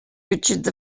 richard